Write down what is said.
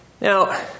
Now